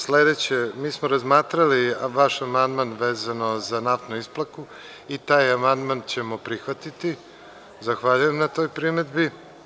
Sledeće, mi smo razmatrali vaš amandman vezano za naftnu isplaku i taj amandman ćemo prihvatiti, zahvaljujem na toj primedbi.